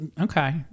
Okay